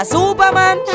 Superman